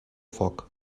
foc